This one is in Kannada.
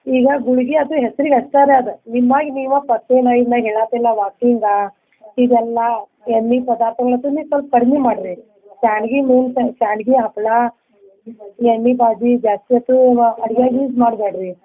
ಈಗ ಗುಳಿಗೆ ಅದ ಹೆಸ್ರಿಗೆ ಅಷ್ಟಾರ ಅದು ನಿಮ್ಮ ಒಳಗ್ ನೀವು ಪಥ್ಯೆ ಏನು ಇಲ್ಲ ಹೇಳತಿಲ್ಲ ವಾಕಿಂಗಾ ಇದೆಲ್ಲ ಎಣ್ಣೆ ಪದಾರ್ಥಗಳ ತಿಂಡಿ ಸ್ವಲ್ಪ ಕಡ್ಮೆ ಮಾಡ್ರಿ ಶ್ಯಾವಿಗಿ ಶ್ಯಾವಿಗೆ ಹಪ್ಲಾ ಎಣ್ಣೆ ಬಾಜಿ ಜಾಸ್ತಿ ಹೊತ್ತು ಅಡ್ಗಿಗೆ ಯೂಸ್ ಮಾಡ್ಬ್ಯಾಡ್ರಿ